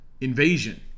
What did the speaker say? invasion